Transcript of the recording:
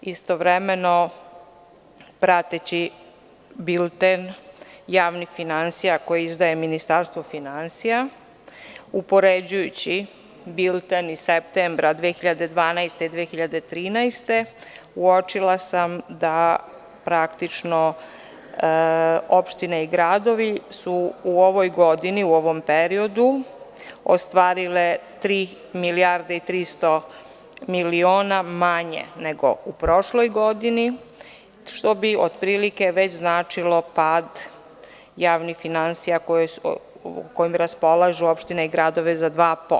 Istovremeno, prateći bilten javnih finansija koji izdaje Ministarstvo finansija, upoređujući bilten iz septembra 2012. i 2013. godine, uočila sam da su praktično opštine i gradovi u ovoj godini, u ovom periodu, ostvarile tri milijarde i 300 miliona manje, nego u prošloj godine, što bi otprilike već značilo pad javnih finansija, kojim raspolažu opštine i gradovi, za 2%